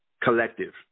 collective